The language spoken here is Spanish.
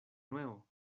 nuevo